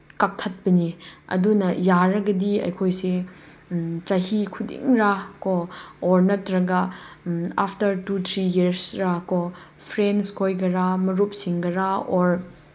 ꯀꯛꯊꯠꯄꯅꯤ ꯑꯗꯨꯅ ꯌꯥꯔꯒꯗꯤ ꯑꯩꯈꯣꯏꯁꯦ ꯆꯍꯤ ꯈꯨꯗꯤꯡꯔꯥ ꯀꯣ ꯑꯣꯔ ꯅꯠꯇ꯭ꯔꯒ ꯑꯐꯇꯔ ꯇꯨ ꯊ꯭ꯔꯤ ꯏꯌꯔꯁꯔꯥ ꯀꯣ ꯐ꯭ꯔꯦꯟꯁ ꯈꯣꯏꯒꯔꯥ ꯃꯔꯨꯞꯁꯤꯡꯒꯔꯥ ꯑꯣꯔ